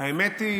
האמת היא